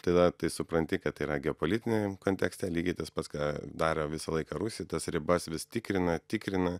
tada tai supranti kad tai yra geopolitiniam kontekste lygiai tas pats ką darė visą laiką rusi tas ribas vis tikrina tikrina